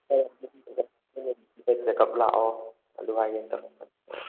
ꯅꯨꯃꯤꯠꯁꯤꯗ check up ꯂꯥꯛꯑꯣ ꯑꯗꯨꯒ ꯍꯌꯣꯡ